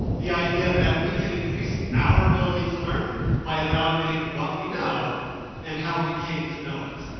the idea that we can increase our ability to learn by evaluating what we know and how we came to know it.